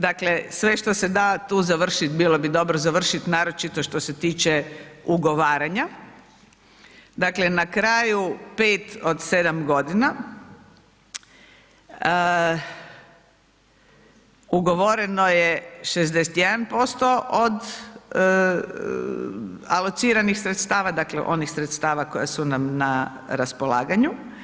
Dakle sve što se da tu završiti bilo bi dobro završiti naročito što se tiče ugovaranja, ugovaranja, dakle, na kraju, 5 od 7 godina, ugovoreno je 61% od alociranih sredstava, dakle onih sredstava koji su nam na raspolaganju.